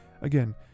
again